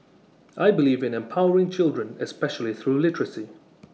I believe in empowering children especially through literacy